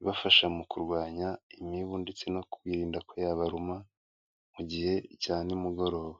ibafasha mu kurwanya imibu, ndetse no kwirinda ko yabaruma mu gihe cya nimugoroba.